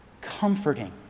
comforting